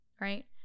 right